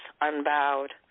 unbowed